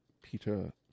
Peter